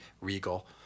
regal